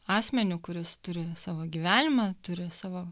asmeniu kuris turi savo gyvenimą turi savo